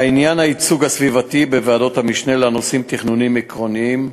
לעניין הייצוג הסביבתי בוועדות המשנה לנושאים תכנוניים עקרוניים,